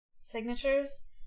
signatures